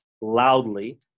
loudly